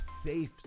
safe